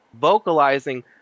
vocalizing